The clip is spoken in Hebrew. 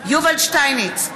יובל שטייניץ,